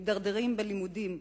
מידרדרים בלימודים,